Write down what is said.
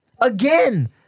again